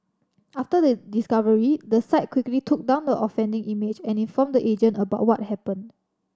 after the discovery the site quickly took down the offending image and informed the agent about what happened